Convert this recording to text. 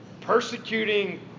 persecuting